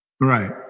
Right